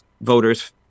voters